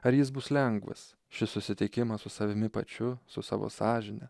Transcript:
ar jis bus lengvas šis susitikimas su savimi pačiu su savo sąžine